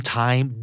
time